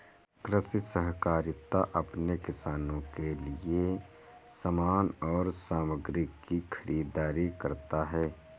कृषि सहकारिता अपने किसानों के लिए समान और सामग्री की खरीदारी करता है